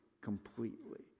completely